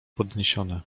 podniesiony